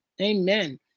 Amen